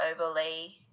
overlay